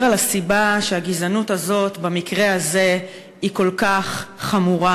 על הסיבה לכך שהגזענות הזאת במקרה הזה היא כל כך חמורה.